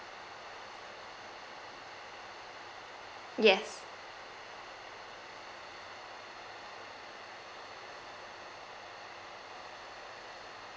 yes